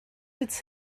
its